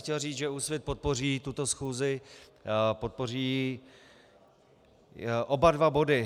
Chtěl bych říct, že Úsvit podpoří tuto schůzi, podpoří oba dva body.